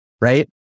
right